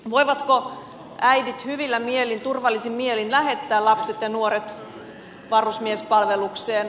voivatko äidit hyvillä mielin turvallisin mielin lähettää lapset ja nuoret varusmiespalvelukseen